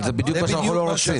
אבל זה בדיוק מה שאנחנו לא רוצים.